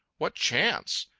what chance?